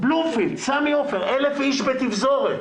בלומפילד, סמי עופר, 1,000 איש בתפזורת,